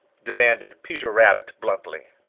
demanded peter rabbit bluntly.